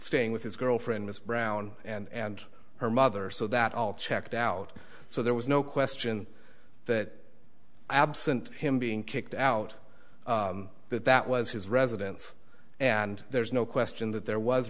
staying with his girlfriend miss brown and her mother so that all checked out so there was no question that absent him being kicked out that that was his residence and there's no question that there was